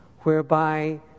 whereby